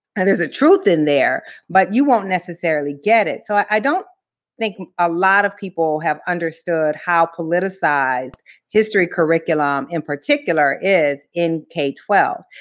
and there's a truth in there, but you won't necessarily get it. so i don't think a lot of people have understood how politicized history curriculum, in particular, is in k twelve.